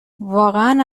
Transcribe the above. واقعا